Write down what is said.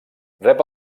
rep